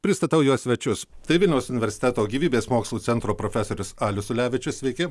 pristatau jos svečius tai vilniaus universiteto gyvybės mokslų centro profesorius alius ulevičius sveiki